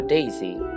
Daisy